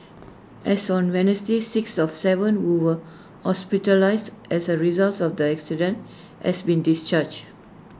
as on Wednesday six of Seven who were hospitalised as A result of the accident has been discharged